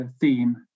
theme